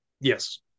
Yes